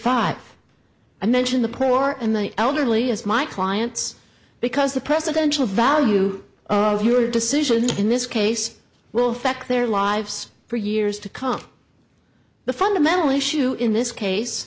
five i mention the poor and the elderly as my clients because the presidential value of your decision in this case well feck their lives for years to come the fundamental issue in this case